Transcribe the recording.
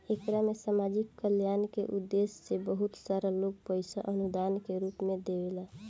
एकरा में सामाजिक कल्याण के उद्देश्य से बहुत सारा लोग पईसा अनुदान के रूप में देवेला